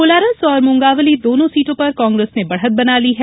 कोलारस और मुंगावली दोनों सीटों पर कांग्रेस ने बढ़त बना ली है